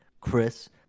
Chris